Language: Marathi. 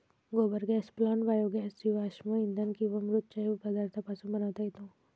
गोबर गॅस प्लांट बायोगॅस जीवाश्म इंधन किंवा मृत जैव पदार्थांपासून बनवता येतो